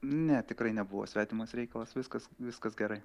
ne tikrai nebuvo svetimas reikalas viskas viskas gerai